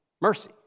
mercy